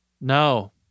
no